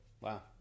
Wow